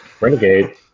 Renegade